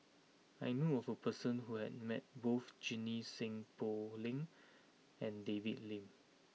I knew a who person who has met both Junie Sng Poh Leng and David Lim